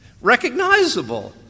recognizable